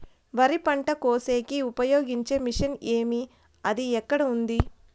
వరి పంట కోసేకి ఉపయోగించే మిషన్ ఏమి అది ఎక్కడ ఉంది?